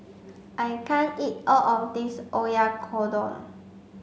I can't eat all of this Oyakodon